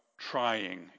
trying